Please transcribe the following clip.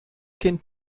kind